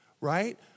right